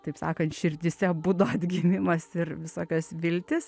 taip sakant širdyse budo atgimimas ir visokios viltys